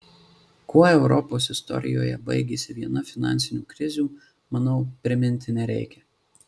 kuo europos istorijoje baigėsi viena finansinių krizių manau priminti nereikia